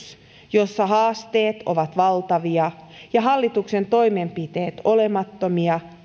jossa haasteet ovat valtavia ja hallituksen toimenpiteet olemattomia